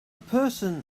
person